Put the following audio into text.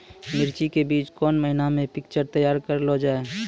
मिर्ची के बीज कौन महीना मे पिक्चर तैयार करऽ लो जा?